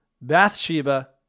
Bathsheba